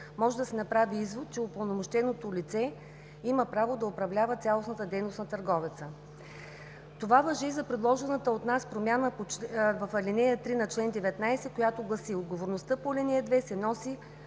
може да се направи извод, че упълномощеното лице има право да управлява цялостната дейност на търговеца. Това важи и за предложената от нас промяна в ал. 3 на чл. 19, която гласи: „Отговорността по ал. 2 се носи